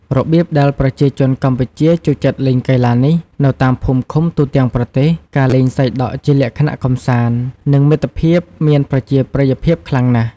របៀបដែលប្រជាជនកម្ពុជាចូលចិត្តលេងកីឡានេះ នៅតាមភូមិ-ឃុំ ទូទាំងប្រទេស ការលេងសីដក់ជាលក្ខណៈកម្សាន្ត និងមិត្តភាពមានប្រជាប្រិយភាពខ្លាំងណាស់។